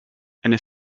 and